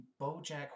bojack